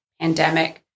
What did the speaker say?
pandemic